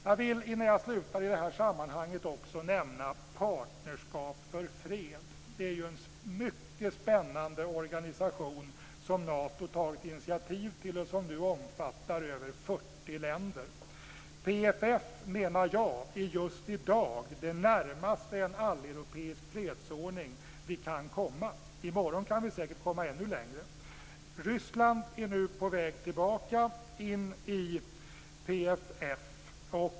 Jag vill, innan jag slutar, i det här sammanhanget också nämna Partnerskap för fred. Det är en mycket spännande organisation som Nato tagit initiativ till och som nu omfattar över 40 länder. PFF menar jag är just i dag det närmaste en alleuropeisk fredsordning vi kan komma. I morgon kan vi säkert komma ännu längre. Ryssland är nu på väg tillbaka in i PFF.